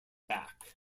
back